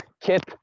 kit